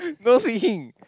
no singing